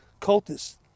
cultists